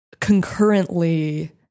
concurrently